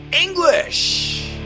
English